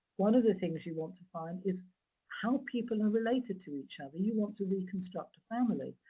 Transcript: one of the things you want to find is how people are related to each other. you want to reconstruct a family.